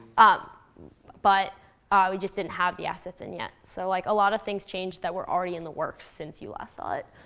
um but we just didn't have the assets in yet. so like a lot of things changed that were already in the works since you last saw it.